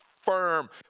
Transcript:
firm